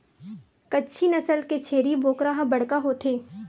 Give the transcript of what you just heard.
कच्छी नसल के छेरी बोकरा ह बड़का होथे